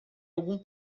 algum